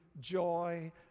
joy